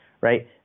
right